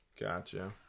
Gotcha